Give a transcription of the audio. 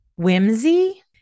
whimsy